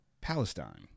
Palestine